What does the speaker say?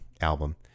album